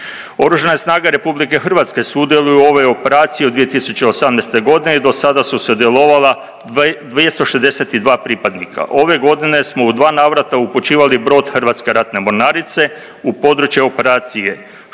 Oružane snage RH sudjeluju u ovoj operaciji od 2018. godine i do sada su sudjelovala 262 pripadnika. Ove godine smo u dva navrata upućivali brod Hrvatske ratne mornarice u područje operacije